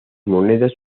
monedas